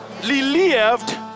Relieved